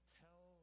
tell